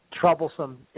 Troublesome